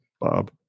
Bob